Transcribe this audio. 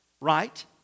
Right